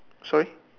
sorry